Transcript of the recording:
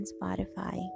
Spotify